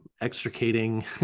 extricating